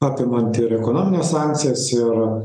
apimant ir ekonomines sankcijas ir